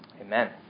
Amen